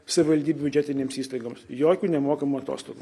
savivaldybių biudžetinėms įstaigoms jokių nemokamų atostogų